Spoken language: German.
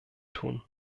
tun